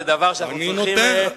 זה דבר שאנחנו מבקשים להגביר את הווליום.